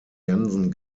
janssen